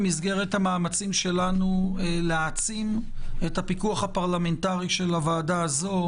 במסגרת המאמצים שלנו להעצים את הפיקוח הפרלמנטרי של הוועדה הזו,